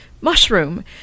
Mushroom